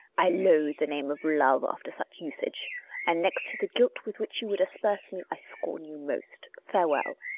i loathe the name of love after such usage and next to the guilt with which you would asperse me, i scorn you most. farewell.